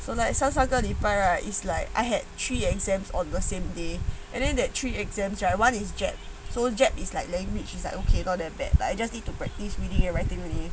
so like 上上个礼拜 right is like I had three exams on the same day and then that three exams right [one] is jet so jet is like language is like okay not that bad like you just need to practice reading and writing only